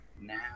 Now